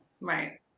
Right